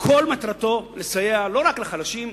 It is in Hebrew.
שכל מטרתו לסייע לא רק לחלשים,